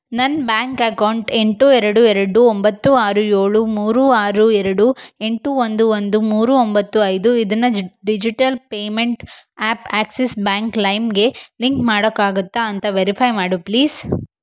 ನನ್ನ bank account ಎಂಟು ಎರಡು ಎರಡು ಒಂಬತ್ತು ಆರು ಏಳು ಮೂರು ಆರು ಎರಡು ಎಂಟು ಒಂದು ಒಂದು ಮೂರು ಒಂಬತ್ತು ಐದು ಇದನ್ನು ಜಿಡ್ digital payment app Axis bank ಲೈಮ್ಗೆ ಲಿಂಕ್ ಮಾಡೋಕ್ಕಾಗುತ್ತಾ ಅಂತ ವೆರಿಫೈ ಮಾಡು ಪ್ಲೀಸ್